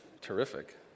terrific